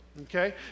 okay